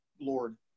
Lord